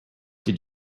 did